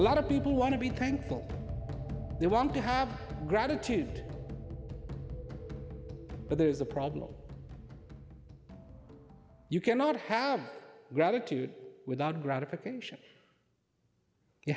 a lot of people want to be thankful they want to have gratitude but there is a problem you cannot have gratitude without gratification you